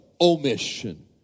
omission